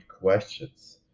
questions